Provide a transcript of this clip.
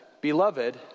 Beloved